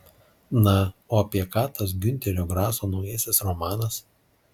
na o apie ką tas giunterio graso naujasis romanas